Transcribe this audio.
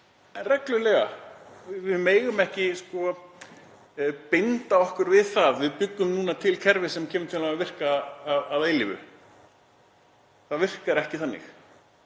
það reglulega. Við megum ekki binda okkur við það: Við bjuggum til kerfi sem kemur til með að virka að eilífu. Það virkar ekki þannig.